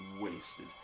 wasted